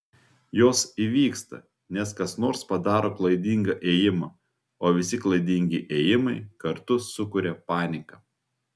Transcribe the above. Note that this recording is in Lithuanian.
jos įvyksta nes kas nors padaro klaidingą ėjimą o visi klaidingi ėjimai kartu sukuria paniką